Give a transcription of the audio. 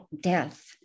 death